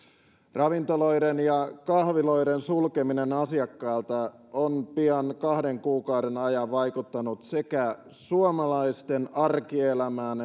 ravintoloiden ja kahviloiden sulkeminen asiakkailta on pian kahden kuukauden ajan vaikuttanut sekä suomalaisten arkielämään